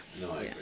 No